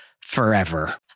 forever